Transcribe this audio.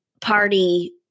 party